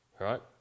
right